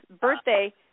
Birthday